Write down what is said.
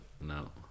No